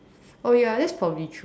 oh ya that's probably true